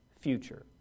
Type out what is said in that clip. future